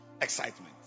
excitement